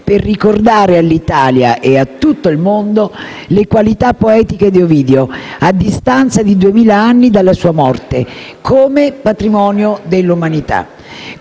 per ricordare all'Italia e a tutto il mondo le qualità poetiche di Ovidio, a distanza di duemila anni dalla sua morte, come patrimonio dell'umanità.